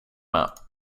med